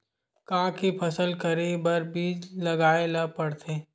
का के फसल करे बर बीज लगाए ला पड़थे?